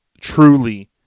truly